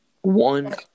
one